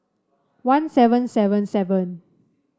one seven seven seven